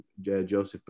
Joseph